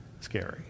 scary